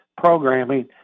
programming